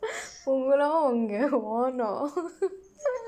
உங்களும் உங்க:ungkalum ungka wand